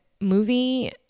movie